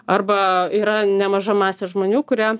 arba yra nemaža masė žmonių kurie